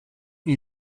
you